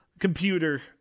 computer